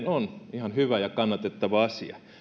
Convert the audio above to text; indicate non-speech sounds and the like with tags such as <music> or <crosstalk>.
<unintelligible> on ihan hyvä ja kannatettava asia